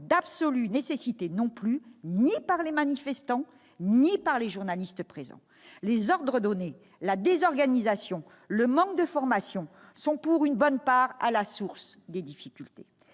d'absolue nécessité, n'est vérifié en pratique ni par les manifestants ni par les journalistes présents. Les ordres donnés, la désorganisation et le manque de formations sont, pour une bonne part, à la source des difficultés.